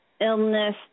illness